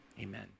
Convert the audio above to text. Amen